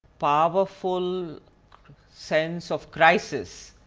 powerful sense of crisis,